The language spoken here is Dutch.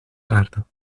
aarde